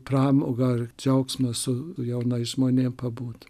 pramoga ar džiaugsmas su jaunais žmonėm pabūt